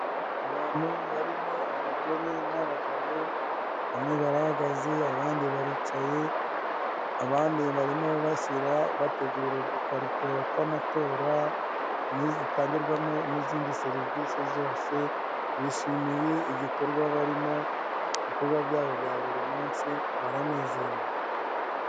Abagabo n'abagore biganjemo abambaye imipira y'umweru, bari kumwe n'umugore wambaye imyenda y'ibara ry'umukara, bigaragara ko ari kubatoresha. Imbere yabo hari udusanduku tubiri tw'umweru bari gushyiramo amazina y'abo batoye.